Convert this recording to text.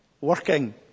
working